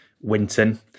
Winton